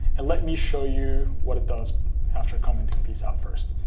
and let me show you what it does after commenting these out first.